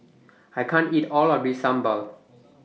I can't eat All of This Sambal